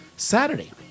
Saturday